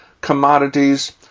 commodities